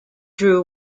drew